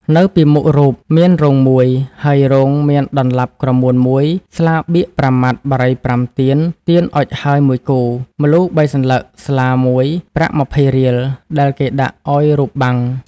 នៅពីមុខរូបមានរងមួយ ហើយរងមានដន្លាប់ក្រមួន១ ស្លាបៀក៥ម៉ាត់ បារី៥ ទៀន ទៀនអុជហើយ១គូ ម្លូ៣សន្លឹក ស្លាមួយ ប្រាក់២០រៀល ដែលគេដាក់ឲ្យរូបបាំង ។